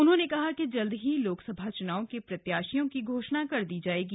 उन्होंने कहा कि जल्द ही लोकसभा चुनाव के प्रत्याशियों की घोषणा कर दी जाएगी